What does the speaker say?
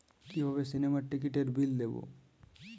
কিভাবে সিনেমার টিকিটের বিল দেবো?